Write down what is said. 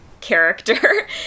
character